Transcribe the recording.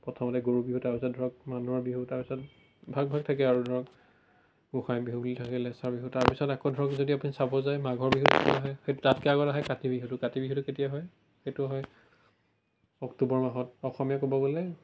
প্ৰথমতে গৰু বিহু তাৰ পিছত ধৰক মানুহৰ বিহু তাৰ পিছত ভাগ ভাগ থাকে আৰু ধৰক গোসাঁই বিহু বুলি থাকে লেচা বিহু তাৰপিছত আকৌ ধৰক যদি আপুনি চাব যায় মাঘৰ বিহুত আহে সেইটো তাতকে আগত আহে কাতি বিহুটো কাতি বিহুটো কেতিয়া হয় সেইটো হয় অক্টোবৰ মাহত অসমীয়া ক'ব গ'লে